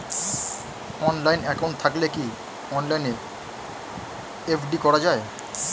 Online account থাকলে কি অনলাইনে এফ.ডি করা যায়?